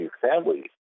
families